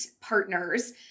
partners